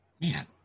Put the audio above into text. man